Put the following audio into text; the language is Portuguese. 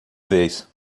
vez